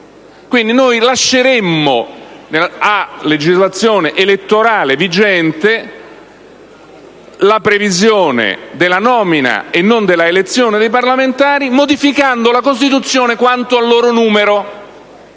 Quindi, a legislazione elettorale vigente, lasceremmo la previsione della nomina e non dell'elezione dei parlamentari, modificando la Costituzione quanto al loro numero.